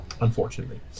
unfortunately